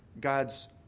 God's